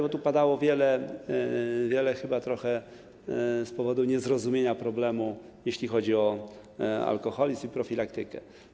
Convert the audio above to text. Bo padało tutaj wiele słów chyba trochę z powodu niezrozumienia problemu, jeśli chodzi o alkoholizm i profilaktykę.